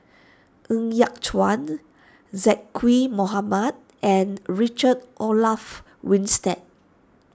Ng Yat Chuan Zaqy Mohamad and Richard Olaf Winstedt